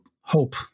hope